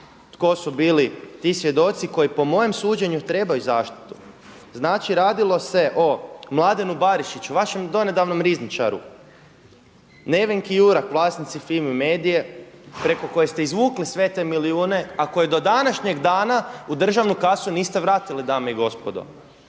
tko su bili ti svjedoci koji po mom suđenju trebaju zaštitu. Znači radilo se o Mladenu Barišiću vašem donedavnom rizničaru. Nevenki Jurak vlasnici FIMI Medie preko koje ste izvukli sve te milijuna, a koje do današnjeg dana u državnu kasu niste vratili dame i gospodo.